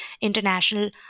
international